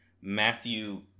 Matthew